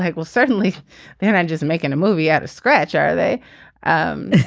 like well certainly they're not just making a movie out of scratch are they um it's